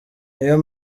niyo